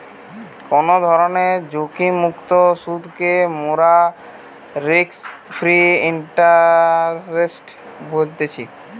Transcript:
কোনো ধরণের ঝুঁকিমুক্ত সুধকে মোরা রিস্ক ফ্রি ইন্টারেস্ট বলতেছি